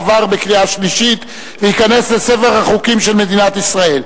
עבר בקריאה שלישית וייכנס לספר החוקים של מדינת ישראל.